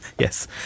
Yes